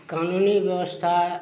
कानूनी ब्यवस्था